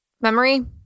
memory